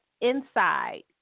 inside